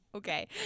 Okay